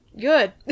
Good